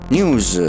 News